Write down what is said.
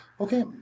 Okay